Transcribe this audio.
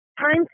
Time